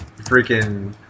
freaking